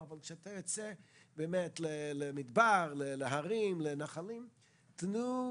ואנחנו באמת נשב עם הלשכה המשפטית של המשרד להגנת הסביבה,